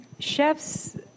Chefs